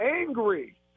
angry